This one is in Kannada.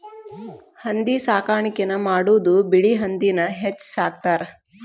ಹಂದಿ ಸಾಕಾಣಿಕೆನ ಮಾಡುದು ಬಿಳಿ ಹಂದಿನ ಹೆಚ್ಚ ಸಾಕತಾರ